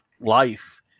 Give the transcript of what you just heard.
life